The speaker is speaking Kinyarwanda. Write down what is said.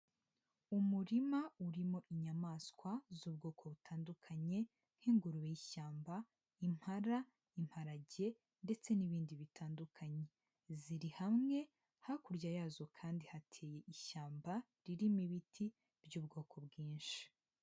Umurima urimo inyamaswa z'ubwoko butandukanye, nk'ingurube y'ishyamba ,impala, imparage ndetse n'ibindi bitandukanye, ziri hamwe, hakurya yazo kandi hateye ishyamba ririmo ibiti by'ubwoko bwinshi.